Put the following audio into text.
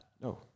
No